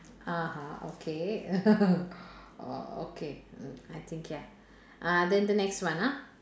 ah ha okay oh okay I think ya uh then the next one ah